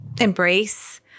embrace